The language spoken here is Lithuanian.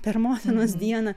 per motinos dieną